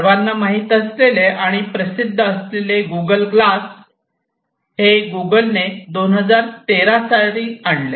सर्वांना माहीत असलेले आणि प्रसिद्ध असलेले गुगल ग्लास हे गुगल 2013 साली आणले